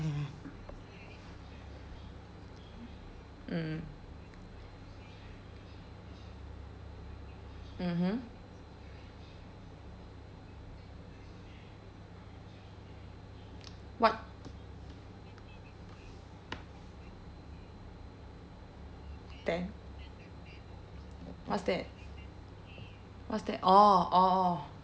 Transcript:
mm mm mmhmm what ten what's that what's that orh orh orh